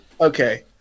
Okay